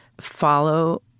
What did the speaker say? follow